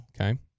Okay